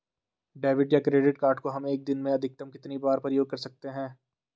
Debit या credit card को हम एक दिन में अधिकतम कितनी बार प्रयोग कर सकते हैं?